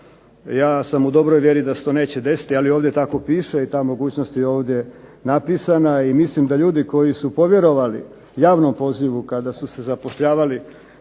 Ja sam u dobroj vjeri da se to neće desiti ali ovdje tako piše i ta mogućnost je ovdje napisana i mislim da ljudi koji su povjerovali javnom pozivu kada su se zapošljavali